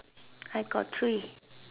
I got three